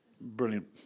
brilliant